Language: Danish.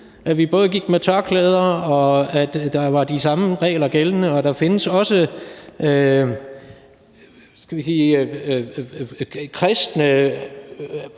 at vi både gik med tørklæder, og at der var de samme regler gældende, og der findes, skal